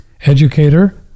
Educator